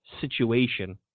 situation